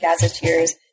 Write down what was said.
gazetteers